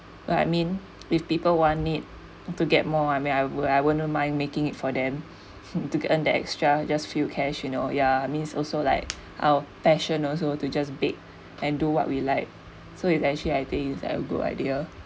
like I mean if people want it to get more I may I will I will mind making it for them to earn the extra just few cash you know ya means also like our passion also to just bake and do what we like so it's actually I think is a good idea